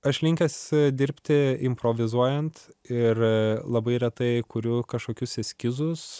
aš linkęs dirbti improvizuojant ir labai retai kurių kažkokius eskizus